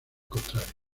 contrario